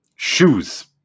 Shoes